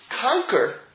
conquer